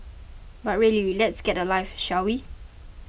but really let's get a life shall we